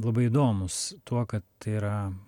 labai įdomūs tuo kad tai yra